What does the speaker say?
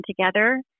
together